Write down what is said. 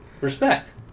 Respect